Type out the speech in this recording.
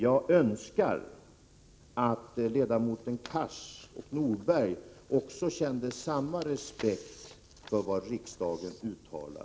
Jag önskar att ledamöterna Cars och Norberg också kände samma respekt för vad riksdagen uttalar.